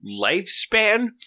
lifespan